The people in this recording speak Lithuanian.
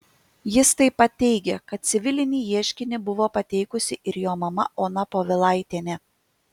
jis taip pat teigė kad civilinį ieškinį buvo pateikusi ir jo mama ona povilaitienė